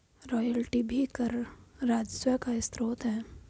royalty भी कर राजस्व का स्रोत है